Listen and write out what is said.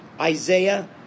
Isaiah